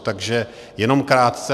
Takže jenom krátce.